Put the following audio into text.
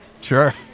Sure